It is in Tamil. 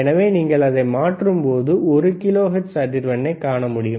எனவே நீங்கள் குமிழியை மாற்றும்போது ஒரு கிலோஹெர்ட்ஸ் அதிர்வெண்ணைக் காண முடியும்